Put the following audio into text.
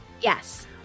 Yes